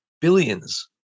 billions